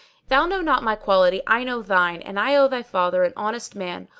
thou know not my quality, i know thine and i owe thy father, an honest man,